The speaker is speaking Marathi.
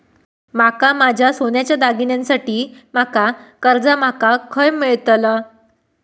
माका माझ्या सोन्याच्या दागिन्यांसाठी माका कर्जा माका खय मेळतल?